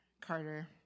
Carter